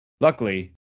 Luckily